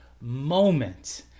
moment